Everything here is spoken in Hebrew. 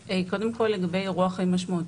לגבי אירוע חיים משמעותי,